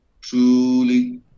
truly